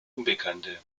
unbekannte